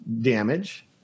damage